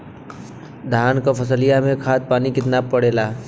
धान क फसलिया मे खाद पानी कितना पड़े ला?